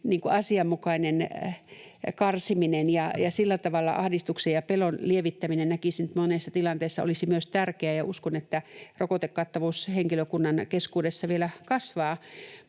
asianmukainen karsiminen ja sillä tavalla ahdistuksen ja pelon lievittäminen monessa tilanteessa olisi myös tärkeää. Ja uskon, että rokotekattavuus henkilökunnan keskuudessa vielä kasvaa.